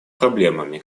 проблемами